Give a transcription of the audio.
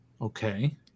Okay